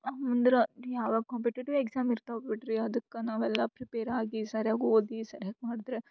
ಅಂದ್ರೆ ಯಾವಾಗ competitive exam ಇರ್ತವ ಬಿಡ್ರಿ ಅದಕ್ಕೆ ನಾವೆಲ್ಲ ಪ್ರಿಪೇರ್ ಆಗಿ ಸರ್ಯಾಗಿ ಓದಿ ಸರ್ಯಾಗಿ ಮಾಡಿದ್ರೆ